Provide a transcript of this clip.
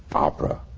opera.